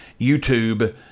YouTube